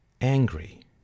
angry